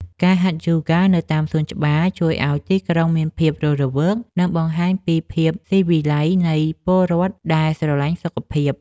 ការហាត់យូហ្គានៅតាមសួនច្បារជួយឱ្យទីក្រុងមានភាពរស់រវើក និងបង្ហាញពីភាពស៊ីវិល័យនៃពលរដ្ឋដែលស្រឡាញ់សុខភាព។